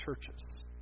churches